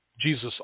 Jesus